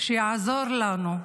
יעזור לנו,